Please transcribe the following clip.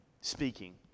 speaking